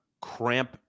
cramp